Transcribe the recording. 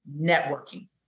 networking